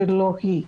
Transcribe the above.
ולא היא.